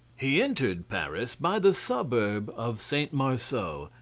he entered paris by the suburb of st. marceau,